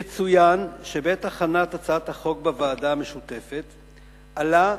יצוין שבעת הכנת הצעת החוק בוועדה המשותפת עלה,